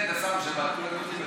נכון שבאוקראינה כולם יהודים?